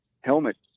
helmet